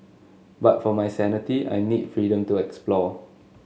but for my sanity I need freedom to explore